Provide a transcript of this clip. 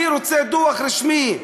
אני רוצה דוח רשמי,